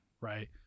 Right